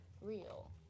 real